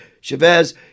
Chavez